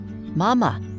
Mama